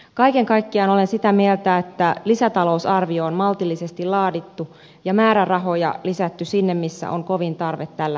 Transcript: kaiken kaikkiaan olen sitä mieltä että lisätalousarvio on maltillisesti laadittu ja määrärahoja lisätty sinne missä on kovin tarve tällä hetkellä